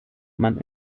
man